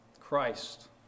Christ